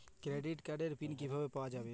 Credit কার্ডের pin কিভাবে পাওয়া যাবে?